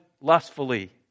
lustfully